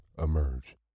emerge